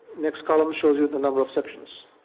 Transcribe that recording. next column shows you the number of sections.